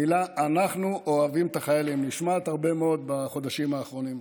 המילים "אנחנו אוהבים את החיילים" נשמעות הרבה מאוד בחודשים האחרונים,